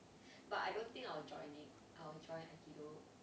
but I don't join it I will join aikido